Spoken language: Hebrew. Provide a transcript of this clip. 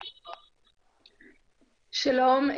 שלום.